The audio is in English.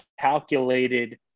calculated